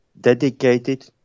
dedicated